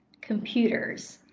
computers